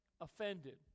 offended